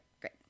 Great